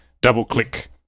double-click